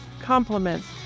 compliments